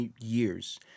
years